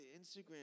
Instagram